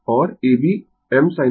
और A B m sin θ के बराबर है